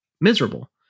miserable